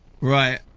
Right